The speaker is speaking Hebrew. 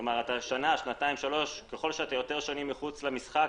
ככל שאתה יותר שנים מחוץ למשחק,